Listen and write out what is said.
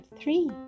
three